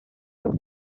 took